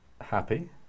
happy